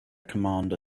commander